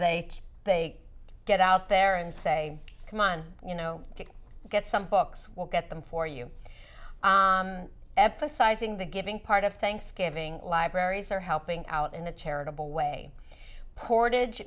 they they get out there and say come on you know to get some books we'll get them for you emphasizing the giving part of thanksgiving libraries or helping out in a charitable way portage